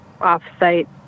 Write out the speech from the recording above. off-site